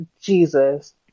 Jesus